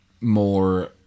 more